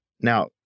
Now